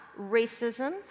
racism